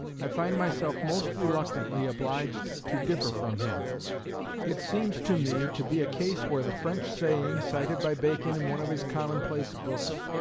i find myself most reluctantly obliged to differ from him it seems to me to be a case where the french saying, cited by bacon in one of his commonplace books,